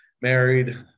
married